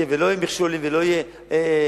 ולא יהיו מכשולים ולא יהיה מחסום,